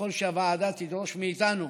ככל שהוועדה תדרוש מאיתנו